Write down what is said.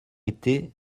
été